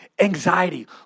anxiety